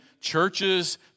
churches